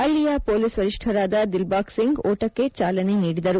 ಅಲ್ಲಿಯ ಪೊಲೀಸ್ ವರಿಷ್ಣರಾದ ದಿಲ್ಬಾಗ್ ಸಿಂಗ್ ಓಟಕ್ಕೆ ಚಾಲನೆ ನೀಡಿದರು